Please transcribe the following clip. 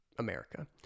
America